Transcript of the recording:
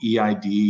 EID